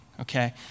okay